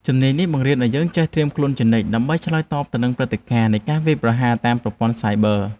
ជំនាញនេះបង្រៀនឱ្យយើងចេះត្រៀមខ្លួនជានិច្ចដើម្បីឆ្លើយតបទៅនឹងព្រឹត្តិការណ៍នៃការវាយប្រហារតាមប្រព័ន្ធសាយប័រ។